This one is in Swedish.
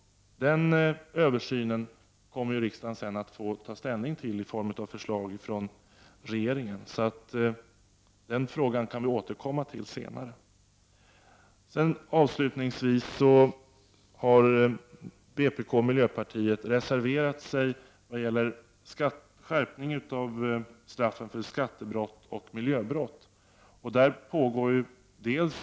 Denna översyn kommer riksdagen senare att få ta ställning till i form av förslag från regeringen. Den frågan kan vi därför återkomma till senare. Avslutningsvis har vänsterpartiet och miljöpartiet reserverat sig i fråga om skärpning av straffen för skattebrott och miljöbrott.